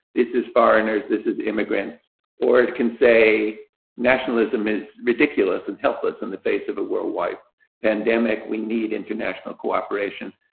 is is foreigners, this is immigrants or it can say nationalism is ridiculous and helpless and in face of a worldwide pandemic, we need international cooperation.